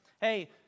Hey